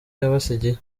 yabasigiye